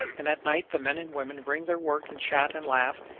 and at night the men and women bring their work and chat and laugh,